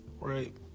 right